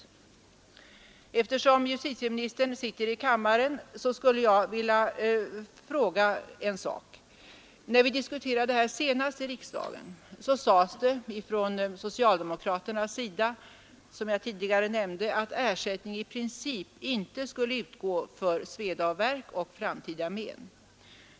Eftersom justitieministern sitter i kammaren skulle jag vilja fråga en sak. När vi senast diskuterade denna fråga i riksdagen sades, som jag tidigare nämnde, från socialdemokraternas sida att ersättning i princip inte skulle utgå för sveda och värk och framtida men.